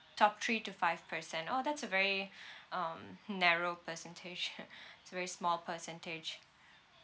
top three to five percent !ow! that's a very um narrow percentage it's a very small percentage